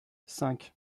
cinq